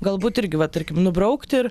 galbūt irgi va tarkim nubraukti ir